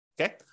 Okay